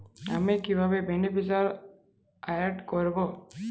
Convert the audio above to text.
আমি কিভাবে beneficiary add করব?